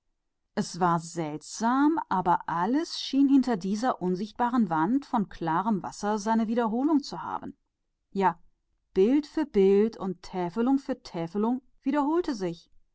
es war seltsam aber alles schien in dieser unsichtbaren wand von klarem wasser sein ebenbild zu haben ja bild für bild wiederholte sich und sessel für sessel